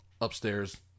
Upstairs